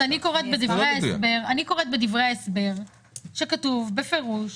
אני קוראת בדברי ההסבר שכתוב בפירוש